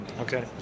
Okay